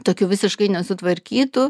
tokių visiškai nesutvarkytų